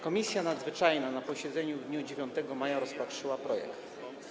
Komisja Nadzwyczajna na posiedzeniu w dniu 9 maja rozpatrzyła projekt.